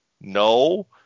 No